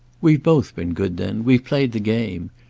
we've both been good then we've played the game.